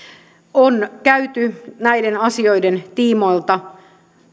on käyty näiden asioiden tiimoilta